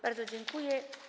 Bardzo dziękuję.